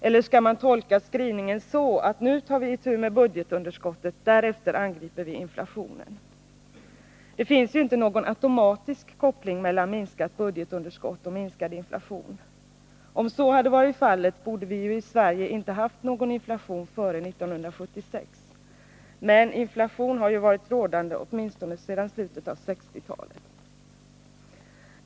Eller skall man tolka skrivningen så att nu tar vi itu med budgetunderskottet, därefter angriper vi inflationen? Det finns ju inte någon automatisk koppling mellan minskat budgetunderskott och minskad inflation. Om så hade varit fallet, borde vi ju i Sverige inte haft någon inflation före 1976, men inflation har ju varit rådande åtminstone sedan slutet av 1960-talet.